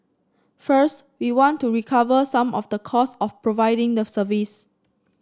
first we want to recover some of the cost of providing the service